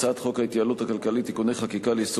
הצעת חוק ההתייעלות הכלכלית (תיקוני חקיקה ליישום